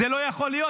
זה לא יכול להיות.